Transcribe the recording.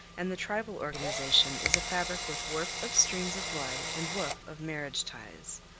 and the tribal organization is a fabric with warp of streams of blood and woof of marriage ties.